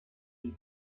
and